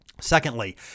Secondly